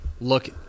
look